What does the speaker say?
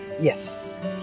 Yes